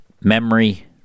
Memory